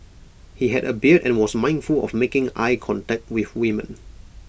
he had A beard and was mindful of making eye contact with women